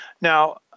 Now